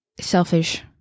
selfish